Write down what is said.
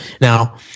Now